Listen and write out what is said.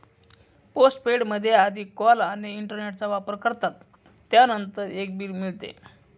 postpaid मध्ये आधी call आणि इंटरनेटचा वापर करतात, त्यानंतर एक बिल मिळते